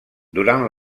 durant